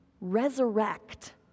resurrect